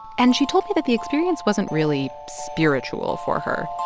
and she told me that the experience wasn't really spiritual for her.